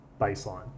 baseline